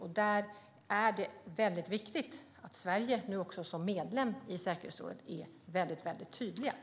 Det är viktigt att Sverige som medlem i säkerhetsrådet är väldigt tydligt.